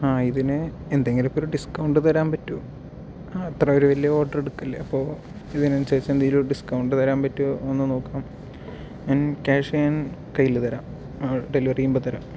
ആ ഇതിന് എന്തെങ്കിലുമൊക്കെ ഒരു ഡിസ്കൗണ്ട് തരാൻ പറ്റുമോ ആ അത്ര വലിയൊരു ഓർഡർ എടുക്കല്ലേ അപ്പോൾ ഇതിനനുസരിച്ച് എന്തേലും ഒരു ഡിസ്കൗണ്ട് തരാൻ പറ്റുമോ ഒന്ന് നോക്കണം എൻ ക്യാഷ് ഞാൻ കൈയ്യില് തരാം ഡെലിവറ് ചെയുമ്പോൾ തരാം